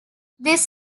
this